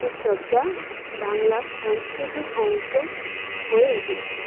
উৎসব যা বাংলার সাংস্কৃতিক অংশ হয়ে উঠেছে